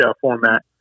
format